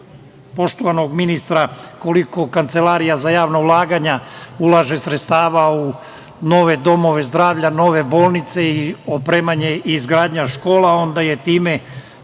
poštovanog ministra koliko Kancelarija za javna ulaganja ulaže sredstava u nove domove zdravlja, nove bolnice i opremanje i izgradnja škole, onda je